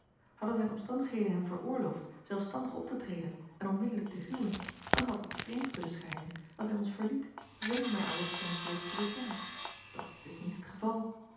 hadden zijn omstandigheden hem veroorloofd zelfstandig op te treden en onmiddellijk te huwen dan had het vreemd kunnen schijnen dat hij ons verliet zonder mij alles thans reeds te bekennen doch dit is niet het geval